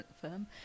firm